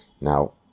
Now